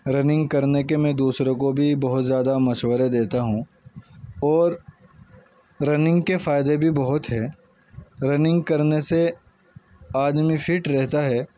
running کرنے کے میں دوسروں کو بھی بہت زیادہ مشورہ دیتا ہوں اور رننگ کے فائدے بھی بہت ہے رننگ کرنے سے آدمی فٹ رہتا ہے